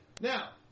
Now